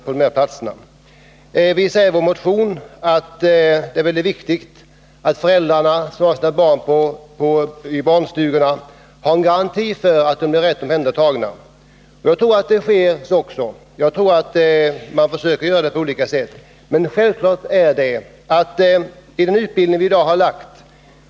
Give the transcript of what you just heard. Vi säger i vår motion att det är viktigt att de föräldrar som har barn i barnstugorna ges garantier för att barnen blir rätt omhändertagna. Jag tror att så också sker.